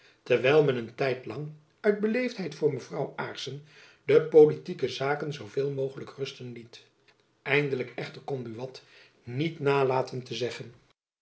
terwijl men een tijd lang uit beleefdheid voor mevrouw aarssen de politieke zaken zoo veel mogelijk rusten liet eindelijk echter kon buat niet nalaten te zeggen